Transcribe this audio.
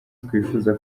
twifuza